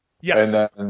Yes